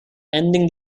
ending